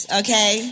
okay